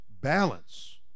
balance